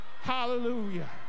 hallelujah